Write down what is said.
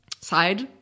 side